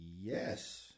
Yes